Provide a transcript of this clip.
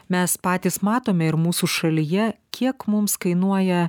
mes patys matome ir mūsų šalyje kiek mums kainuoja